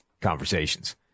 conversations